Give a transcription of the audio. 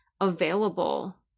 available